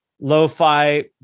lo-fi